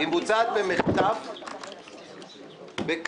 היא מבוצעת במחטף בכפוף